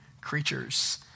creatures